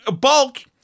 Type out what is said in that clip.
bulk